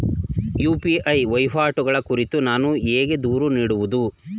UPI ವಹಿವಾಟುಗಳ ಕುರಿತು ನಾನು ಹೇಗೆ ದೂರು ನೀಡುವುದು?